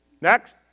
Next